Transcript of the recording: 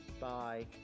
Bye